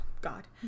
God